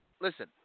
listen